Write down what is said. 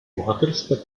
bohaterska